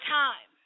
time